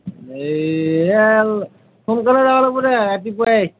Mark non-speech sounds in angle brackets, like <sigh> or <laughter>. এই <unintelligible> সোনকালে যাবা লাগবু দে ৰাতিপুৱাই